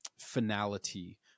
finality